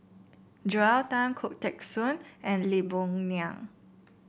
Joel Tan Khoo Teng Soon and Lee Boon Ngan